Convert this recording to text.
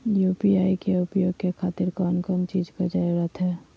UPI के उपयोग के खातिर कौन कौन चीज के जरूरत है?